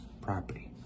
property